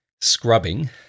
scrubbing